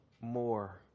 more